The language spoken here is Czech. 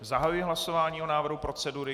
Zahajuji hlasování o návrhu procedury.